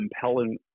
compelling